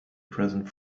present